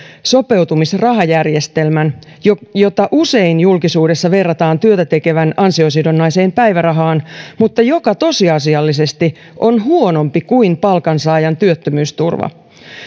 sopeutumisrahajärjestelmän jota jota usein julkisuudessa verrataan työtä tekevän ansiosidonnaiseen päivärahaan mutta joka tosiasiallisesti on huonompi kuin palkansaajan työttömyysturva